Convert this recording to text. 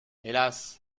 hélas